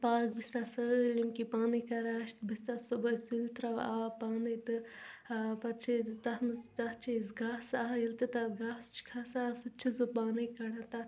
park بہٕ چھَس تتھ سٲلِم کیٚنٛہہ پانے کران اسہِ بہٕ چھَس تتھ سُلہِ تراوان آب پانے تہٕ ٲں پتہٕ چھِ أسۍ تتھ منٛز تتھ چھِ أسۍ گاسہٕ ٲں ییٚلہِ تہِ تتھ گاسہٕ چھُ کھسان سُہ تہِ چھس بہٕ پانے کڑان تتھ